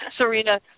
Serena